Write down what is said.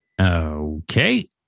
Okay